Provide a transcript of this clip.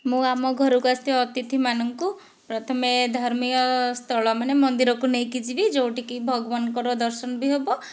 ମୁଁ ଆମ ଘରକୁ ଆସିଥିବା ଅତିଥିମାନଙ୍କୁ ପ୍ରଥମେ ଧର୍ମୀୟ ସ୍ଥଳ ମାନେ ମନ୍ଦିରକୁ ନେଇକି ଯିବି ଯେଉଁଠିକି ଭଗବାନଙ୍କର ଦର୍ଶନ ବି ହେବ